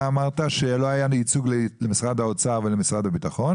אמרת שזה לא היה בהשתתפות משרד האוצר ומשרד הביטחון.